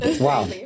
wow